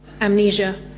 amnesia